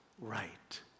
right